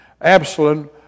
Absalom